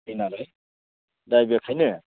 फैनानै दा बेखायनो